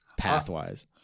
pathwise